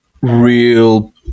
real